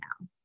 now